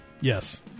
Yes